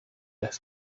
less